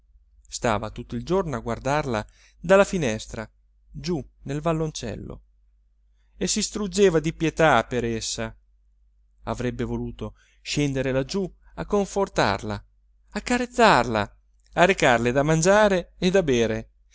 stava tutto il giorno a guardarla dalla finestra giù nel valloncello e si struggeva di pietà per essa avrebbe voluto scendere laggiù a confortarla a carezzarla a recarle da mangiare e da bere